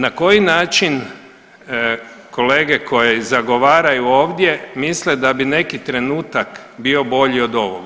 Na koji način kolege koje zagovaraju ovdje misle da bi neki trenutak bio bolji od ovoga.